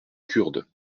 kurdes